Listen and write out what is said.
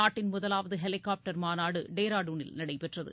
நாட்டின் முதலாவது ஹெலிகாப்டர் மாநாடு டேராடூனில் நடைபெற்றது